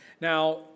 Now